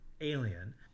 alien